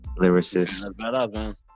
lyricist